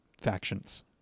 factions